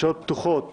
שאלות פתוחות